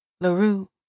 LaRue